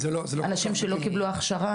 אנשים שלא קיבלו הכשרה,